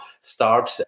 start